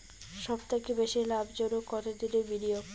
সবথেকে বেশি লাভজনক কতদিনের বিনিয়োগ?